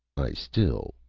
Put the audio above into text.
i still,